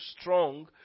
strong